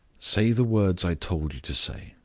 say the words i told you to say,